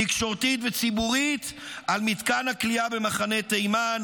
תקשורתית וציבורית על מתקן הכליאה במחנה תימן.